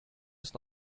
ist